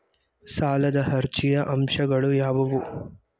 ಸಾಲದ ಅರ್ಜಿಯ ಅಂಶಗಳು ಯಾವುವು?